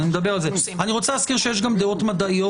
אני רוצה להזכיר שיש גם דעות מדעיות